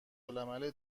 العمل